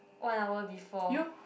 one hour before